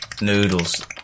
Noodles